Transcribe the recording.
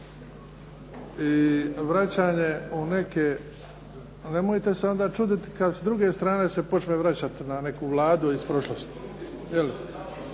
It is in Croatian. I vraćanje u neke, nemojte se onda čuditi kad s druge strane se počme vračat na neku Vladu iz prošlosti. Tako da